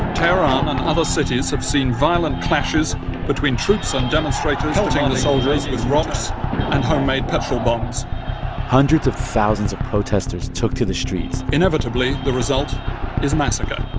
tehran and other cities have seen violent clashes between troops and demonstrators pelting the soldiers with rocks and homemade petrol bombs hundreds of thousands of protesters took to the streets inevitably, the result is massacre